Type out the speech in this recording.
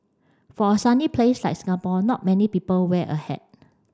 for a sunny place like Singapore not many people wear a hat